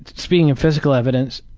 speaking of physical evidence,